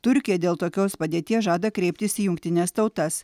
turkija dėl tokios padėties žada kreiptis į jungtines tautas